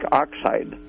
oxide